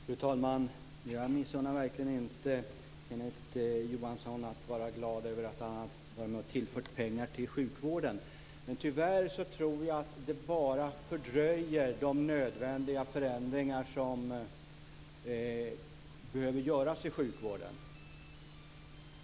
Fru talman! Jag missunnar verkligen inte Kenneth Johansson att vara glad över att han har varit med och tillfört pengar till sjukvården. Men tyvärr tror jag att det bara fördröjer de nödvändiga förändringar som behöver göras i sjukvården.